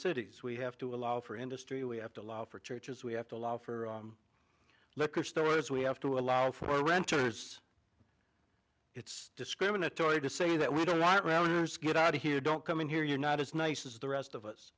cities we have to allow for industry we have to allow for churches we have to allow for liquor stores we have to allow for renters it's discriminatory to say that we don't get out of here don't come in here you're not as nice as the rest of us